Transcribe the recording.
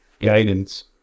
guidance